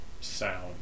sound